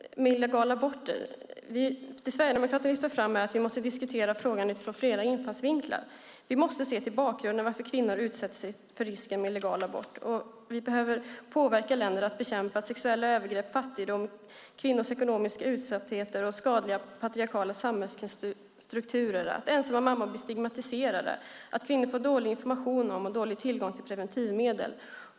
Fru talman! När det gäller illegala aborter lyfter Sverigedemokraterna fram att vi måste diskutera frågan utifrån flera infallsvinklar. Vi behöver se till bakgrunden, till varför kvinnor utsätter sig för risken med illegal abort. Vi behöver påverka länder att bekämpa sexuella övergrepp, fattigdom, kvinnors ekonomiska utsatthet och skadliga patriarkala samhällsstrukturer liksom att ensamma mammor blir stigmatiserade, att kvinnor får dålig information om och dålig tillgång till preventivmedel.